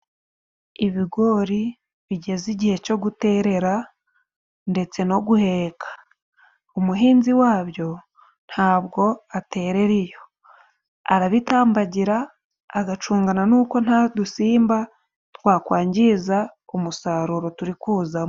Ibigori bigeze igihe cyo guterera ndetse no guheka, umuhinzi wabyo ntabwo aterera iyo, arabitambagira agacungana n'uko nta dusimba twakwangiza umusaruro turi kuzazanamo.